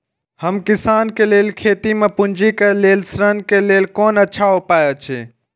हम किसानके लेल खेती में पुंजी के लेल ऋण के लेल कोन अच्छा उपाय अछि?